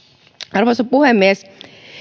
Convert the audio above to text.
arvoisa puhemies